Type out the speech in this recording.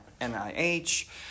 NIH